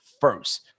first